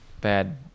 bad